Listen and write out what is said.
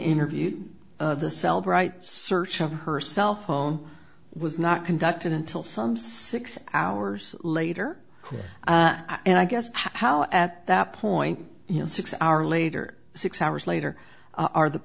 interview the self right search of her cell phone was not conducted until some six hours later and i guess how at that point you know six hour later six hours later are the